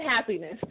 Happiness